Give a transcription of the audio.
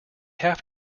have